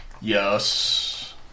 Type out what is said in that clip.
yes